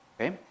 Okay